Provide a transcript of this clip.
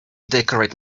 decorate